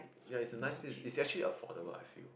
ya it's a nice place it's actually affordable I feel